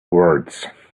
words